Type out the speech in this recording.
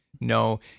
No